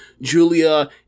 Julia